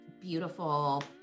beautiful